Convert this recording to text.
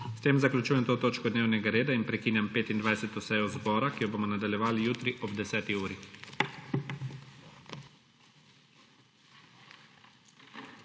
S tem zaključujem to točko dnevnega reda in prekinjam 25. sejo zbora, ki jo bomo nadaljevali jutri ob 10. uri.